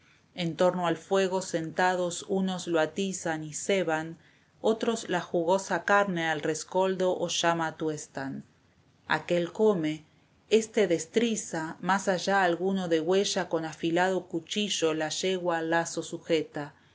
en torno al fuego sentados unos lo atizan y ceban otros la jugosa carne al rescoldo o llama tuestan aquel come este destriza más allá alguno degüella con afilado cuchillo la yegua al lazo sujeta